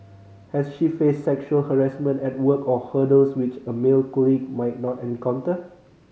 has she faced sexual harassment at work or hurdles which a male colleague might not encounter